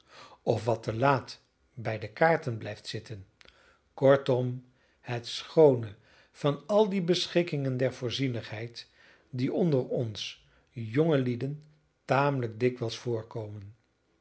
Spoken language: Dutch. of wat te laat bij de kaarten blijft zitten kortom het schoone van al die beschikkingen der voorzienigheid die onder ons jongelieden tamelijk dikwijls voorkomen